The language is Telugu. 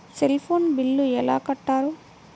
సెల్ ఫోన్ బిల్లు ఎలా కట్టారు?